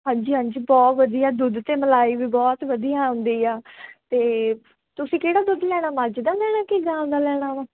ਹਾਂਜੀ ਹਾਂਜੀ ਬਹੁਤ ਵਧੀਆ ਦੁੱਧ 'ਤੇ ਮਲਾਈ ਵੀ ਬਹੁਤ ਵਧੀਆ ਆਉਂਦੀ ਆ ਅਤੇ ਤੁਸੀਂ ਕਿਹੜਾ ਦੁੱਧ ਲੈਣਾ ਮੱਝ ਦਾ ਲੈਣਾ ਕਿ ਗਾਂ ਦਾ ਲੈਣਾ ਵਾਂ